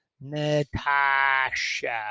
Natasha